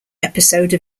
episode